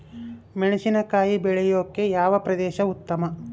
ಮೆಣಸಿನಕಾಯಿ ಬೆಳೆಯೊಕೆ ಯಾವ ಪ್ರದೇಶ ಉತ್ತಮ?